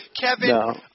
Kevin